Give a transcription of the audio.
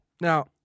Now